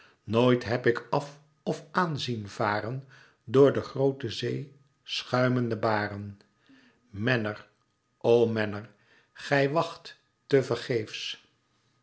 nooit heb ik af of aan zien varen door der groote zee schuimende baren menner o menner gij wacht